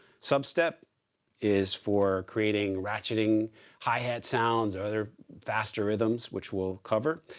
some step is for creating ratcheting hi-hat sounds or other faster rhythms which we'll cover.